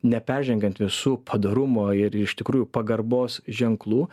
neperžengiant visų padorumo ir iš tikrųjų pagarbos ženklų